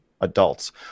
adults